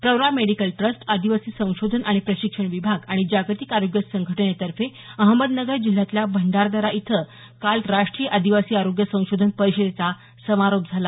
Pravara medical trust आदिवासी संशोधन आणि प्रशिक्षण विभाग आणि जागतिक आरोग्य संघटनेतर्फे अहमदनगर जिल्ह्यातल्या भंडारदरा इथं काल राष्ट्रीय आदिवासी आरोग्य संशोधन परिषदेचा समारोप झाला